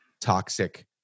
toxic